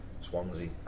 Swansea